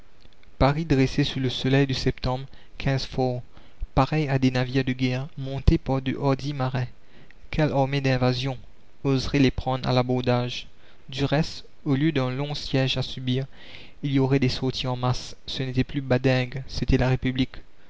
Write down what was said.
paris dressait sous le soleil de septembre quinze forts pareils à des navires de guerre montés par de hardis marins quelle armée d'invasion oserait les prendre à l'abordage du reste au lieu d'un long siège à subir il y aurait des sorties en masse ce n'était plus badingue c'était la république